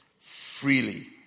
freely